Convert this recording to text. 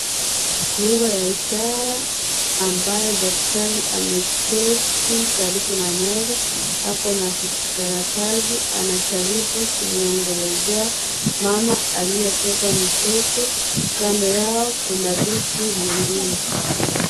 Lugha ya ishara ambayo daktari ameketi karibu na meza ako na vijikaratasi anajaribu kumwongelesha mama aliye beba mtoto. Kando yao kuna viti vingine.